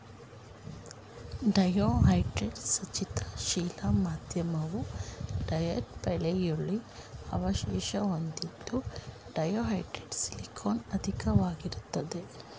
ಡಯಾಹೈಡ್ರೋ ಸಂಚಿತ ಶಿಲಾ ಮಾಧ್ಯಮವು ಡಯಾಟಂ ಪಳೆಯುಳಿಕೆ ಅವಶೇಷ ಹೊಂದಿದ್ದು ಡಯಾಹೈಡ್ರೋ ಸಿಲಿಕಾನಲ್ಲಿ ಅಧಿಕವಾಗಿರ್ತದೆ